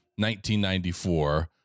1994